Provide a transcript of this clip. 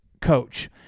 coach